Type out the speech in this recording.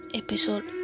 episode